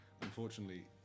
unfortunately